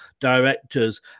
directors